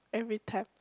every time